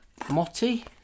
Motti